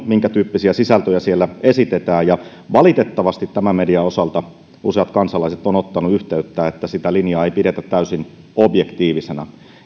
minkätyyppisiä sisältöjä siellä esitetään valitettavasti tämän median osalta useat kansalaiset ovat ottaneet yhteyttä että sitä linjaa ei pidetä täysin objektiivisena